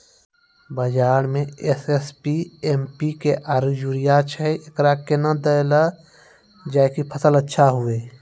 बाजार मे SSP, MPK आरु यूरिया छैय, एकरा कैना देलल जाय कि फसल अच्छा हुये?